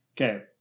okay